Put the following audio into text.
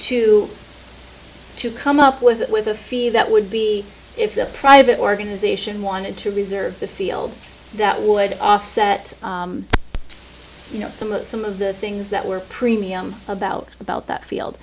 to to come up with it with a fee that would be if the private organization wanted to reserve the field that would offset you know some of the some of the things that were premium about about that field